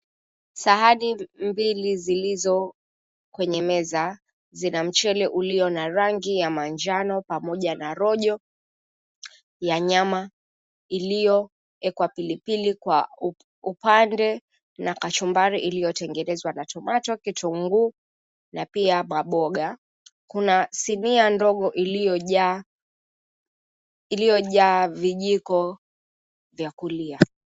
Sahani mbili zilizo kwenye meza, zina mchele ulio na rangi ya manjano pamoja na rojo la nyama iliyowekwa pilipili kwa upande, na kachumbari iliyotengenezwa kwa tomato, kitunguu na pia hapa mboga na sinia ndogo iliyojaa kilioja vijiko vya kulia.